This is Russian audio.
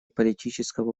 политического